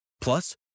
Plus